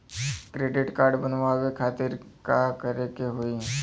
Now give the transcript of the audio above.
Credit card बनवावे खातिर का करे के होई?